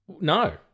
No